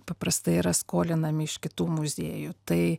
paprastai yra skolinami iš kitų muziejų tai